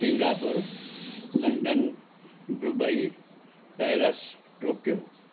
Singapore London Dubai Paris Tokyo